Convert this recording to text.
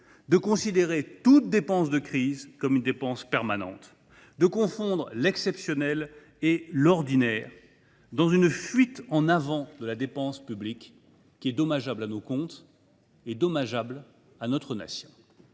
de considérer toute dépense de crise comme permanente, de confondre l’exceptionnel et l’ordinaire, dans une fuite en avant de la dépense publique dommageable à nos comptes et à notre nation.